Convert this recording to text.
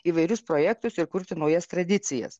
įvairius projektus ir kurti naujas tradicijas